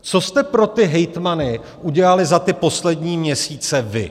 Co jste pro ty hejtmany udělali za ty poslední měsíce vy?